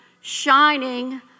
shining